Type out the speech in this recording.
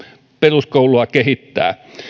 peruskoulua kehittää